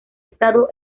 estado